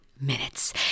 minutes